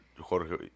Jorge